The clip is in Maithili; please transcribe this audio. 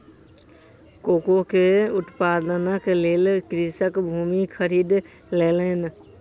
कोको के उत्पादनक लेल कृषक भूमि खरीद लेलैन